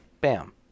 Bam